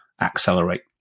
accelerate